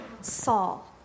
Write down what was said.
Saul